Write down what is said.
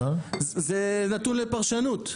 זה נתון לפרשנות,